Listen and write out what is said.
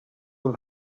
will